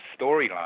storyline